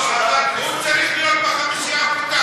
הוא צריך להיות בחמישייה הפותחת,